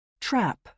Trap